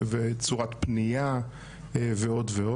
צורת פנייה ועוד.